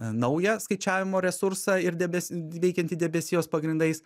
naują skaičiavimo resursą ir debesi veikiantį debesijos pagrindais